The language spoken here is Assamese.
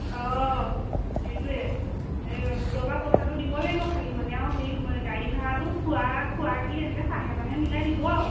সেইটোৱে এই গোটৰ পৰা পইচাটো দিব লাগিব খালী মানে আও সেই গাড়ী ভাড়াটো খোৱা খোৱা কি এনেকে চাহে তাহে মিলাই দিব আৰু